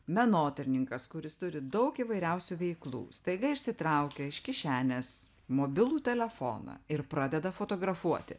menotyrininkas kuris turi daug įvairiausių veiklų staiga išsitraukia iš kišenės mobilų telefoną ir pradeda fotografuoti